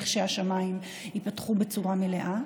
כשהשמיים ייפתחו בצורה מלאה.